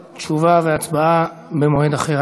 כאמור, תשובה והצבעה במועד אחר.